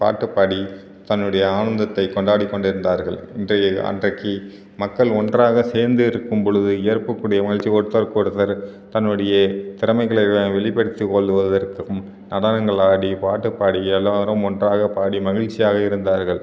பாட்டு பாடி தன்னுடைய ஆனந்தத்தை கொண்டாடிக் கொண்டிருந்தார்கள் இன்றைய அன்றைக்கி மக்கள் ஒன்றாக சேர்ந்து இருக்கும் பொலுது ஏற்புக்குடைய உணர்ச்சி ஒருத்தருக்கொருத்தர் தன்னுடைய திறமைகளை வெளிப்படுத்திக் கொள்ளுவதற்கும் நடனங்கள் ஆடி பாட்டு பாடி எல்லாரும் ஒன்றாக பாடி மகில்ச்சியாக இருந்தார்கள்